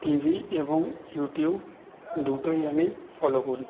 TV এবং YouTube দুটোই আমি ফলো করি